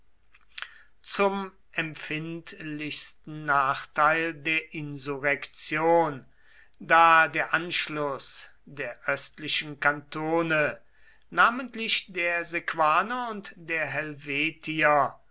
zum empfindlichsten nachteil der insurrektion da der anschluß der östlichen kantone namentlich der sequaner und der helvetier